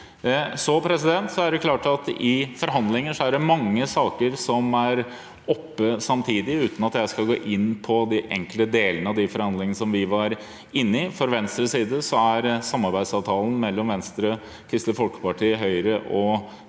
Så er det klart at i forhandlinger er det mange saker som er oppe samtidig, uten at jeg skal gå inn på de enkelte delene av de forhandlingene som vi var inne i. Fra Venstres side er samarbeidsavtalen mellom Venstre, Kristelig